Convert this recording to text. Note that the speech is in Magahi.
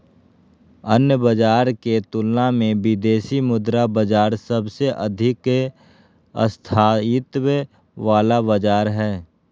अन्य बाजार के तुलना मे विदेशी मुद्रा बाजार सबसे अधिक स्थायित्व वाला बाजार हय